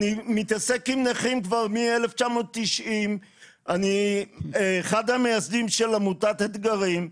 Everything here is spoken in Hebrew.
ואני מתעסק עם נכים כבר מ-1990 ואני אחד המייסדים של עמותת "אתגרים"